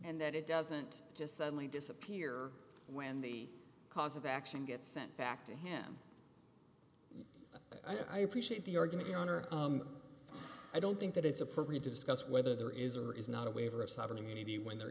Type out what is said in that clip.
and that it doesn't just suddenly disappear when the cause of action gets sent back to him i appreciate the argument your honor i don't think that it's appropriate to discuss whether there is or is not a waiver of sovereign immunity when there